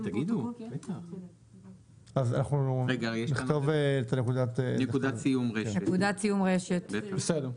אז אנחנו נכתוב נקודת סיום רשת, בסדר.